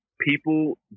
people